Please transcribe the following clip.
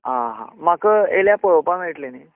आं हां म्हाका येयल्यार पळोवपाक मेळटलें न्ही